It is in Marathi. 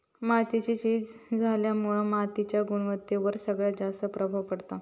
मातीची झीज झाल्यामुळा मातीच्या गुणवत्तेवर सगळ्यात जास्त प्रभाव पडता